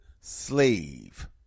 slave